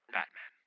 Batman